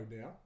now